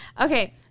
Okay